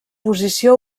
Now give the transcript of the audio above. posició